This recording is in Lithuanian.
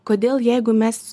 kodėl jeigu mes